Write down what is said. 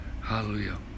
Hallelujah